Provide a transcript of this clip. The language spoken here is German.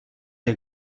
der